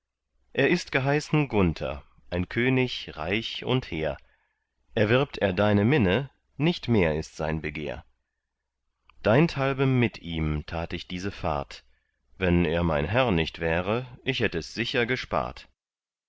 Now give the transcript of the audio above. er ist geheißen gunther ein könig reich und hehr erwirbt er deine minne nicht mehr ist sein begehr deinthalb mit ihm tat ich diese fahrt wenn er mein herr nicht wäre ich hätt es sicher gespart